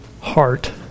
heart